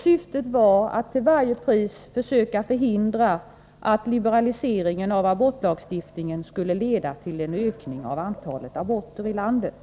Syftet var att till varje pris försöka förhindra att liberaliseringen av abortlagstiftningen skulle leda till en ökning av antalet aborter i landet.